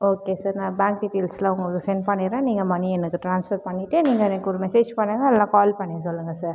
okay sir நான் bank டீட்டெயில்ஸ்லாம் உங்களுக்கு சென்ட் பண்ணிடுறேன் நீங்கள் மணியை எனக்கு ட்ரான்ஸ்ஃபர் பண்ணிவிட்டு நீங்கள் எனக்கு ஒரு மெசேஜ் பண்ணுங்கள் இல்லனா கால் பண்ணி சொல்லுங்கள் சார்